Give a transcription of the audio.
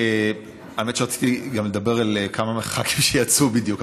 האמת שרציתי גם לדבר על כמה מהח"כים שיצאו בדיוק,